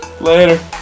Later